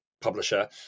publisher